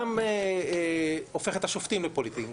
גם הופך את השופטים לפוליטיים,